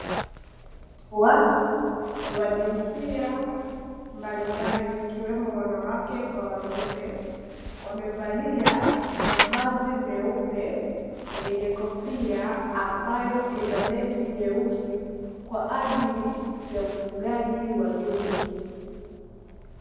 Watu wa jinsia mbalimbali, ikiwemo wanawake kwa wanaume, wamevalia mavazi meupe yenye kofia ambayo ina neti nyeusi kwa ajili ya ufugaji wa nyuki.